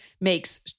makes